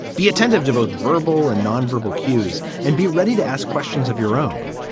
be attentive to both verbal and nonverbal cues and be ready to ask questions of your own.